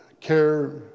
care